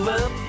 up